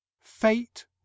Fate